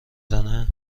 زنه